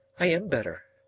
i am better.